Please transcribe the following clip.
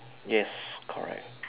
yes correct